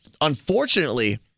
Unfortunately